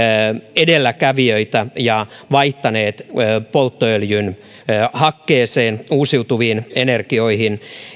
edelläkävijöitä ja vaihtaneet polttoöljyn hakkeeseen uusiutuviin energioihin